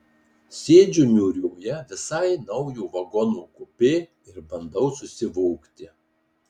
sėdžiu niūrioje visai naujo vagono kupė ir bandau susivokti